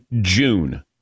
June